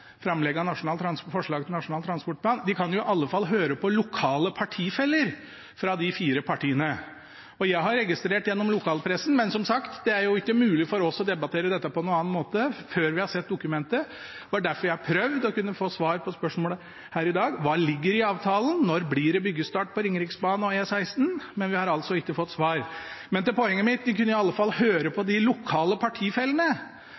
framlegget av forslag til Nasjonal transportplan, iallfall høre på lokale partifeller fra de fire partiene. Jeg har registrert ting gjennom lokalpressen, men som sagt, det er jo ikke mulig for oss å debattere dette på noen annen måte før vi har sett dokumentet. Det er derfor jeg har prøvd å få svar på spørsmålene her i dag: Hva ligger i avtalen, og når blir det byggestart på Ringeriksbanen og E16? Men vi har altså ikke fått svar. Men til poenget mitt. De kunne iallfall høre på de lokale partifellene, for jeg har registrert gjennom avisene at det er svært mange i